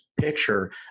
picture